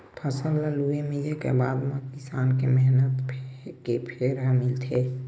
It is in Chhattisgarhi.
फसल ल लूए, मिंजे के बादे म किसान के मेहनत के फर ह मिलथे